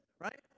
right